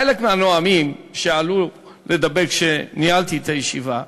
חלק מהנואמים שאלו, כשניהלתי את הישיבה,